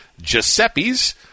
Giuseppe's